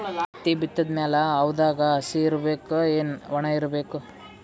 ಹತ್ತಿ ಬಿತ್ತದ ಮ್ಯಾಲ ಹವಾದಾಗ ಹಸಿ ಇರಬೇಕಾ, ಏನ್ ಒಣಇರಬೇಕ?